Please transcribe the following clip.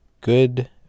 good